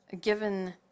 given